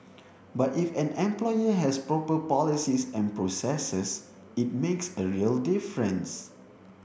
but if an employer has proper policies and processes it makes a real difference